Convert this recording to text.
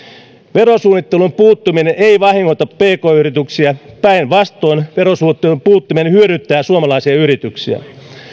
verosuunnitteluun puuttuminen ei vahingoita pk yrityksiä päinvastoin verosuunnitteluun puuttuminen hyödyttää suomalaisia yrityksiä